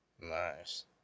Nice